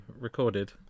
recorded